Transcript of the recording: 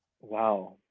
Wow